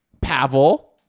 Pavel